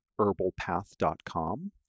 herbalpath.com